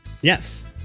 Yes